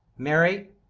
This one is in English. mary,